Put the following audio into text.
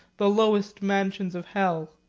the lowest mansions of hell.